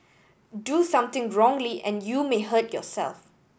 do something wrongly and you may hurt yourself